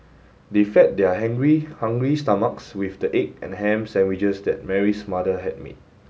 they fed their hungry stomachs with the egg and ham sandwiches that Mary's mother had made